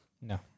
No